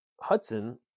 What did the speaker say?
Hudson